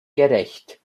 gerecht